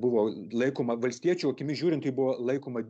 buvo laikoma valstiečio akimis žiūrint tai buvo laikoma